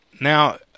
now